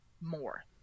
more